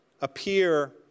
appear